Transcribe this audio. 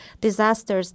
disasters